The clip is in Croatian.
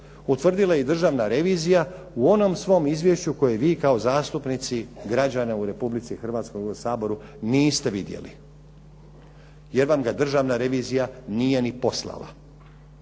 utvrdila je i Državna revizija u onom svom izvješću koje vi kao zastupnici građana u Republici Hrvatskoj u ovom Saboru niste vidjeli jer vam ga Državna revizija nije ni poslala,